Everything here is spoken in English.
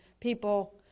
people